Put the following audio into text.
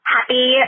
Happy